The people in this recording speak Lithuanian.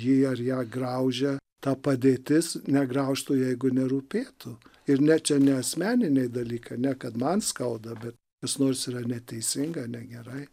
jį ar ją graužia ta padėtis negraužtų jeigu nerūpėtų ir ne čia ne asmeniniai dalykai ne kad man skauda bet kas nors yra neteisinga negerai